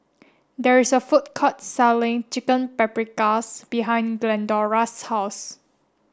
there is a food court selling Chicken Paprikas behind Glendora's house